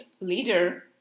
leader